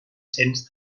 cents